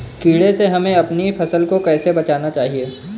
कीड़े से हमें अपनी फसल को कैसे बचाना चाहिए?